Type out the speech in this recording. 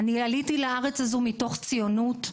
אני עליתי לארץ הזו מתוך ציונות,